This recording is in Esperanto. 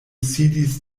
sidis